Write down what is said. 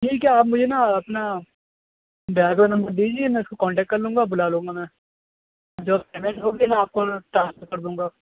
ٹھیک ہے آپ مجھے نا اپنا ڈرائیور نمبر دے دیجیے میں اس کو کانٹیٹ کر لوں گا بلا لوں گا میں جو پیمنٹ ہوگی میں آپ کو ٹرانسفر کر دوں گا